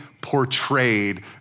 portrayed